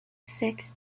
six